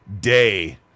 day